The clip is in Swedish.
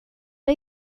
det